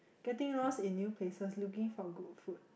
getting lost in new places looking for good food